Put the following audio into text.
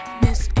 miss